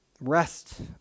rest